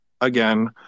again